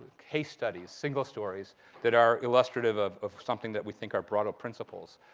case studies, single stories that are illustrative of of something that we think are broader principles.